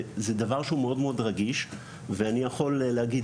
זה דבר שהוא מאוד מאוד רגיש ואני יכול להגיד